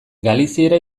galiziera